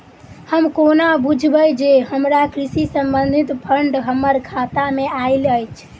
हम कोना बुझबै जे हमरा कृषि संबंधित फंड हम्मर खाता मे आइल अछि?